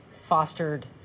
fostered